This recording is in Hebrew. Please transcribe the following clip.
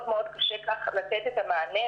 מאוד מאוד קשה כך לתת את המענה,